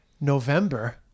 November